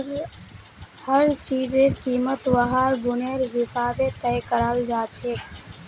हर चीजेर कीमत वहार गुनेर हिसाबे तय कराल जाछेक